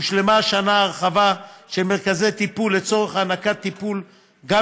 הושלמה השנה הרחבה של מרכזי טיפול לצורך הענקת טיפול גם